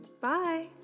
Bye